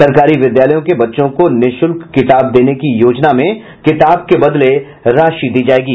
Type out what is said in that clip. सरकारी विद्यालयों के बच्चों को निःशुल्क किताब देने की योजना में किताब के बदले राशि दी जायेगी